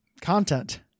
content